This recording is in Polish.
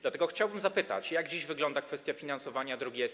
Dlatego chciałbym zapytać: Jak dziś wygląda kwestia finansowania drogi S1?